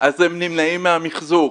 אז הם נמנעים מהמחזור.